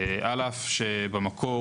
על אף שבמקור,